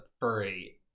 free